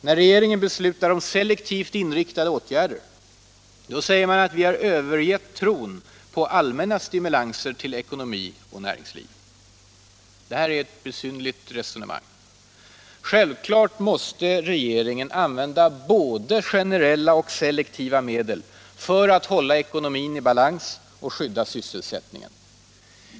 När regeringen beslutar om selektivt inriktade åtgärder påstår man att den övergett tron på allmänna stimulanser till ekonomi och näringsliv. Det är ett besynnerligt resonemang. Självklart måste regeringen använda både generella och selektiva medel för att hålla ekonomin i balans och skydda sysselsättningen.